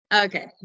okay